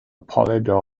polydor